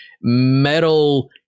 metal